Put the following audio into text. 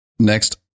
Next